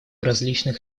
различных